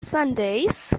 sundays